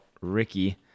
Ricky